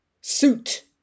suit